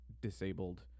disabled